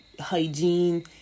hygiene